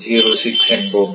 06 என்போம்